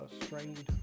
strained